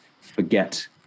forget